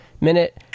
minute